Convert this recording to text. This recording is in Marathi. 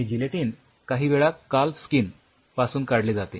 हे जिलेटीन काही वेळा काल्फ स्किन पासून काढले जाते